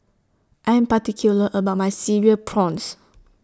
I Am particular about My Cereal Prawns